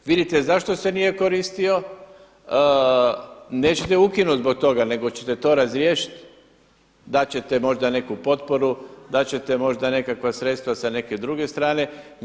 Vidite zašto se nije koristio, nećete ukinuti zbog toga nego ćete to razriješiti, dati ćete možda neku potporu, date ćete možda nekakva sredstva sa neke druge strane.